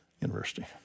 University